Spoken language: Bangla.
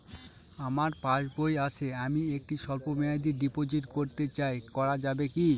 আমার পাসবই আছে আমি একটি স্বল্পমেয়াদি ডিপোজিট করতে চাই করা যাবে কি?